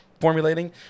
formulating